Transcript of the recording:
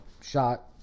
shot